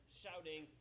shouting